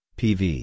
pv